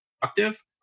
productive